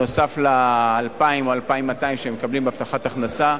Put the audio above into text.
נוסף על ה-2,000 או 2,200 שהם מקבלים כהבטחת הכנסה,